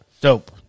Dope